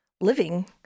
living